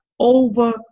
over